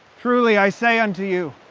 truly i say unto you,